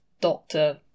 Doctor